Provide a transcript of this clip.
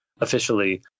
officially